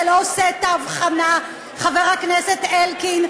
אתה לא עושה את ההבחנה, חבר הכנסת אלקין.